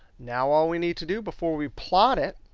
now, all we need to do before we plot it,